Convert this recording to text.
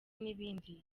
n’ibindi